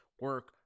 Work